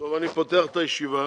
אני פותח את ישיבת